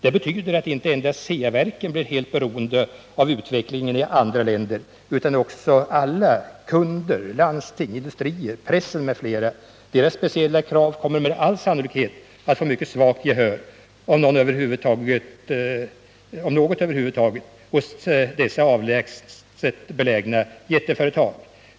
Det betyder att inte endast Ceaverken blir helt beroende av utvecklingen i andra länder, utan också andra: kunder, landsting, industrier, pressen m.fl. Deras speciella krav kommer med all sannolikhet att få ett mycket svagt, om ens något, gehör hos något av dessa avlägset belägna jätteföretag.